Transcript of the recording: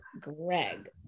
Greg